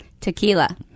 Tequila